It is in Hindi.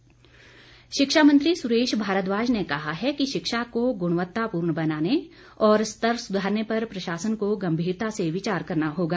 सुरेश भारद्वाज शिक्षा मंत्री सुरेश भारद्वाज ने कहा है कि शिक्षा को गुणवत्तापूर्ण बनाने और स्तर सुधारने पर प्रशासन को गम्भीरता से विचार करना होगा